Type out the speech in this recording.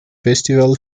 festival